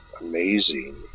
amazing